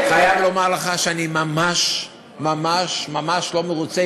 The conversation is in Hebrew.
אני חייב לומר לך שאני ממש ממש ממש לא מרוצה.